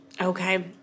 Okay